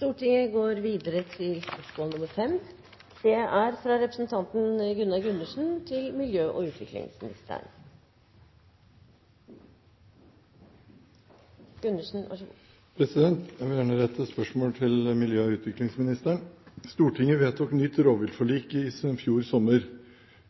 Jeg vil gjerne rette et spørsmål til miljø- og utviklingsministeren: «Stortinget vedtok nytt rovviltforlik i fjor sommer.